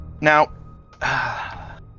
Now